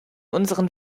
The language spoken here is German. unseren